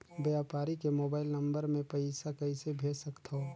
व्यापारी के mobile number मे पईसा कइसे भेज सकथव?